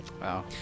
Wow